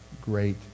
great